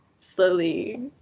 slowly